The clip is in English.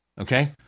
Okay